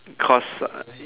cause